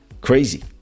crazy